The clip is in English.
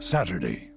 Saturday